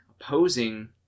opposing